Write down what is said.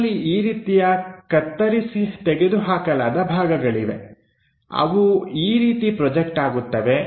ನಮ್ಮಲ್ಲಿ ಈ ರೀತಿಯ ಕತ್ತರಿಸಿ ತೆಗೆದು ಹಾಕಲಾದ ಭಾಗಗಳಿವೆ ಅವು ಈ ರೀತಿ ಪ್ರೊಜೆಕ್ಟ್ ಆಗುತ್ತವೆ